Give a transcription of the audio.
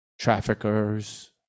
traffickers